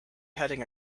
heading